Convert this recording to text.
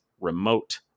remote